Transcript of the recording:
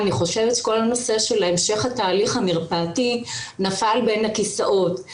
אני חושבת שכל הנושא של המשך התהליך המרפאתי נפל בין הכיסאות.